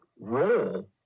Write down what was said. role